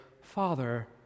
Father